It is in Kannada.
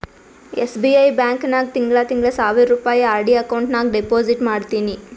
ಎಸ್.ಬಿ.ಐ ಬ್ಯಾಂಕ್ ನಾಗ್ ತಿಂಗಳಾ ತಿಂಗಳಾ ಸಾವಿರ್ ರುಪಾಯಿ ಆರ್.ಡಿ ಅಕೌಂಟ್ ನಾಗ್ ಡೆಪೋಸಿಟ್ ಮಾಡ್ತೀನಿ